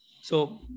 So-